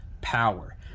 power